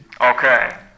Okay